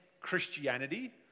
Christianity